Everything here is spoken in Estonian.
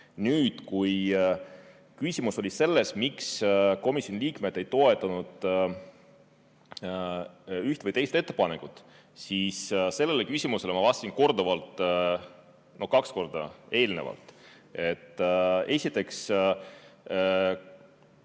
Nüüd, kui küsimus on selles, miks komisjoni liikmed ei toetanud üht või teist ettepanekut, siis sellele küsimusele ma vastasin korduvalt, no kaks korda. Esiteks, teise